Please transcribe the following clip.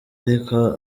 ariko